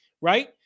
right